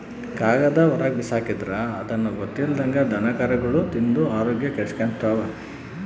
ಕಾಗದಾನ ಹೊರುಗ್ಬಿಸಾಕಿದ್ರ ಅದುನ್ನ ಗೊತ್ತಿಲ್ದಂಗ ದನಕರುಗುಳು ತಿಂದು ಆರೋಗ್ಯ ಕೆಡಿಸೆಂಬ್ತವ